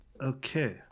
okay